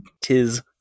Tis